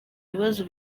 bibazo